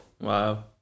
Wow